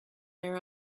their